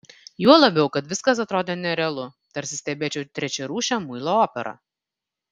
juo labiau kad viskas atrodė nerealu tarsi stebėčiau trečiarūšę muilo operą